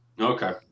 Okay